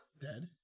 dead